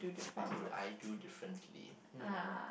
what would I do differently hmm